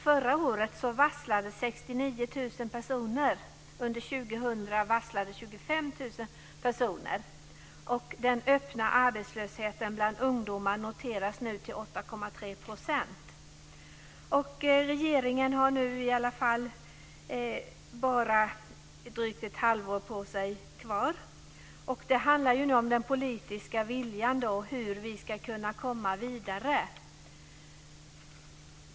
Förra året varslades 69 000 Regeringen har bara drygt ett halvår kvar. Det handlar nu om den politiska viljan, hur vi ska kunna komma vidare.